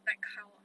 now cow ah